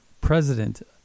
president